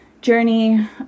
journey